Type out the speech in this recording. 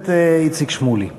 הכנסת איציק שמולי.